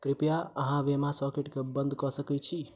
कृपया अहाँ वेमा सॉकेटके बन्द कऽ सकै छी